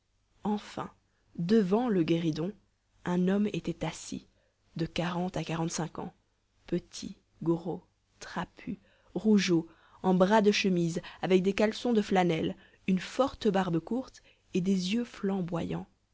enfin devant le guéridon un homme était assis de quarante à quarante-cinq ans petit gros trapu rougeaud en bras de chemise avec des caleçons de flanelle une forte barbe courte et des yeux flamboyants